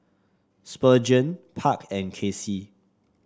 Spurgeon Park and Kaycee